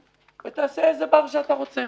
ותעשה איזה בר שאתה רוצה".